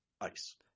ice